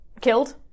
killed